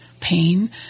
pain